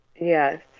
yes